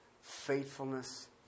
faithfulness